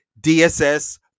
DSS